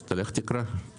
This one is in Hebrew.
תודה רבה, הישיבה נעולה.